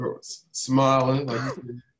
Smiling